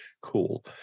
cool